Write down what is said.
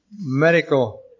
medical